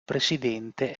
presidente